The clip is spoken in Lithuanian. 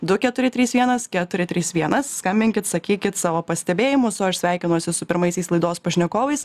du keturi trys vienas keturi trys vienas skambinkit sakykit savo pastebėjimus o aš sveikinuosi su pirmaisiais laidos pašnekovais